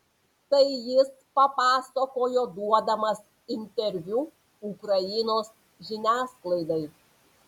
tai jis papasakojo duodamas interviu ukrainos žiniasklaidai